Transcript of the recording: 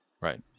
Right